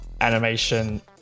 animation